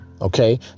Okay